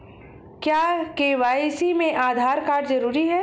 क्या के.वाई.सी में आधार कार्ड जरूरी है?